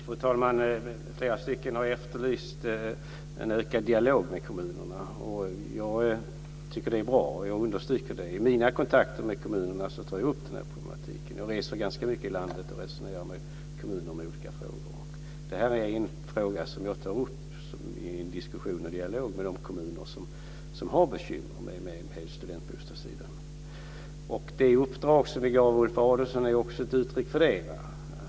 Fru talman! Flera har efterlyst en ökad dialog med kommunerna. Jag tycker att det är bra. Jag understryker det. I mina kontakter med kommunerna tar jag upp den här problematiken. Jag reser ganska mycket i landet och resonerar med kommuner om olika frågor. Det här är en fråga som jag tar upp i diskussion och dialog med de kommuner som har bekymmer på studentbostadssidan. Det uppdrag som vi gav Ulf Adelsohn är också ett uttryck för det.